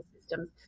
systems